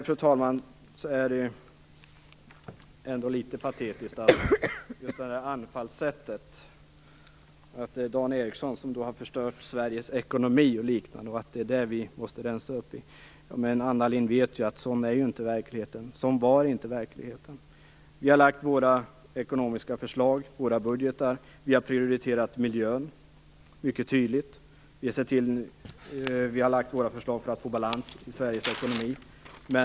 Sedan tycker jag att det är litet patetiskt med det här anfallsättet. Miljöministern säger: Det är Dan Ericsson som har förstört Sveriges ekonomi, och att det är det vi måste rensa upp i. Anna Lindh vet ju att sådan är inte verkligheten och sådan var inte verkligheten. Vi har lagt fram våra ekonomiska förslag, våra budgetar. Vi har prioriterat miljön mycket tydligt. Vi har lagt fram våra förslag för att få balans i Sveriges ekonomi.